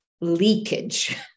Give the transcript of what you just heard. leakage